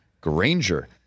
Granger